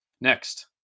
next